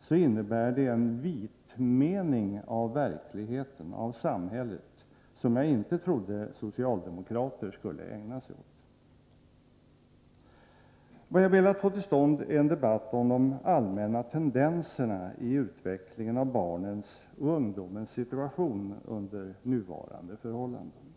så innebär det en vitmening av samhället som jag inte trodde socialdemokrater skulle ägna sig åt. Vad jag velat få till stånd är en debatt om de allmänna tendenserna i utvecklingen av barnens och ungdomens situation under nuvarande förhållanden.